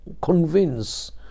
convince